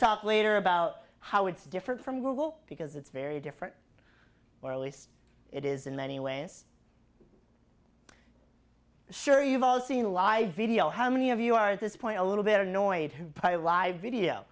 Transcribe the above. talk later about how it's different from google because it's very different or at least it is in many ways sure you've all seen live video how many of you are at this point a little bit annoyed proud of live video